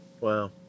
Wow